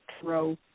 throw